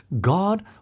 God